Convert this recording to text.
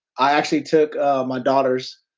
i actually took my daughters.